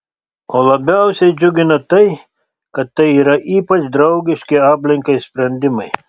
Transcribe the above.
o labiausiai džiugina tai kad tai yra ypač draugiški aplinkai sprendimai